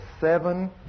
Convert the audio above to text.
seven